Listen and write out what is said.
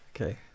okay